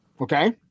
okay